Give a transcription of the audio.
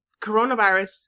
coronavirus